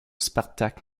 spartak